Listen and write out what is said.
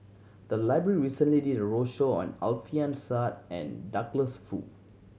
the library recently did a roadshow on Alfian Sa'at and Douglas Foo